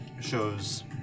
shows